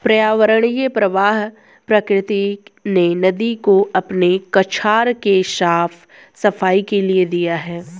पर्यावरणीय प्रवाह प्रकृति ने नदी को अपने कछार के साफ़ सफाई के लिए दिया है